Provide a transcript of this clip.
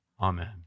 amen